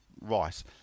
Rice